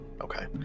Okay